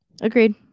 Agreed